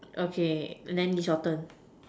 okay than is your turn